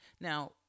Now